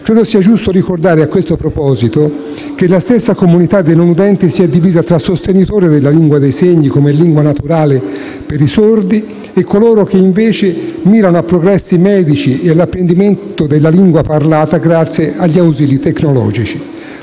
Credo sia giusto ricordare, a questo proposito, che la stessa comunità dei non udenti si è divisa tra sostenitori della lingua dei segni come lingua naturale per i sordi e coloro invece che mirano a progressi medici e all'apprendimento della lingua parlata grazie ad ausili tecnologici.